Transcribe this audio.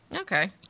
Okay